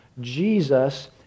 Jesus